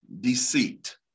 deceit